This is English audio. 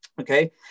okay